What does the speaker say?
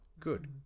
Good